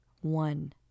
one